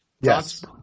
Yes